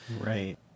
Right